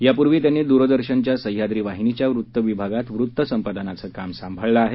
यापूर्वी त्यांनी द्रदर्शनच्या सह्याद्री वाहिनीच्या वृत्तविभागात वृत्तसंपादनाचं काम सांभाळलं आहे